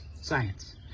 science